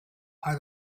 are